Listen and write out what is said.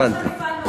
הבנתי.